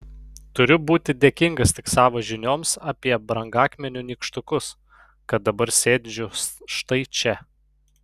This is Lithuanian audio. turiu būti dėkingas tik savo žinioms apie brangakmenių nykštukus kad dabar sėdžiu štai čia